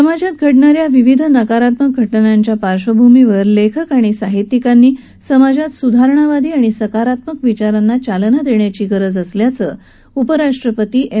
समाजात घडणाऱ्या विविध नकारात्मक घ नांच्या पार्श्वभूमीवर लख्खक आणि साहित्यिकांनी समाजात स्धारणावादी आणि सकारात्मक विचारांना चालना दृष्ट्याची गरज उपराष्ट्रपती एम